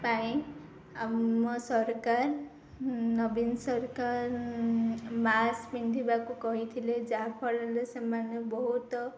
ପାଇଁ ଆମ ସରକାର ନବୀନ ସରକାର ମାସ୍କ ପିନ୍ଧିବାକୁ କହିଥିଲେ ଯାହାଫଳରେ ସେମାନେ ବହୁତ